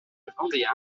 catholique